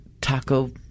taco